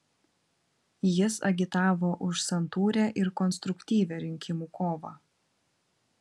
jis agitavo už santūrią ir konstruktyvią rinkimų kovą